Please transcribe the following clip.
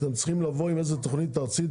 אתם צריכים לבוא עם תכנית ארצית.